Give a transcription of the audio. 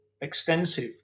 extensive